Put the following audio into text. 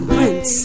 Prince